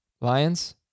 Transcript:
Lions